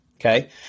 okay